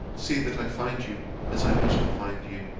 see that i find you as i wish to find you